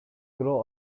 grow